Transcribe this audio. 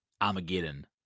Armageddon